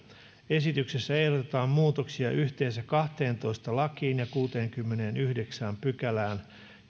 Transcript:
esityksessä ehdotetaan muutoksia yhteensä kahteentoista lakiin ja kuuteenkymmeneenyhdeksään pykälään